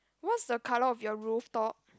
what's the colour of your rooftop